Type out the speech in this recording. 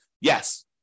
Yes